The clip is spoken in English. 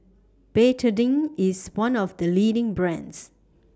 Betadine IS one of The leading brands